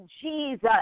Jesus